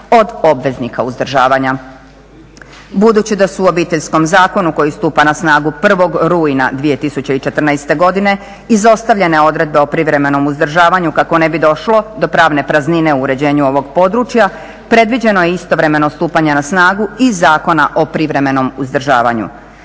Budući da su u Obiteljskom zakonu koji stupa na snagu 1. rujna 2014. godine izostavljene odredbe o privremenom uzdržavanju kako ne bi došlo do pravne praznine u uređenju ovog područja predviđeno je istovremeno stupanje na snagu i Zakona o privremenom uzdržavanju.